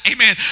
Amen